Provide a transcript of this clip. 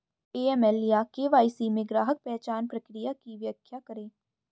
AML या KYC में ग्राहक पहचान प्रक्रिया की व्याख्या करें?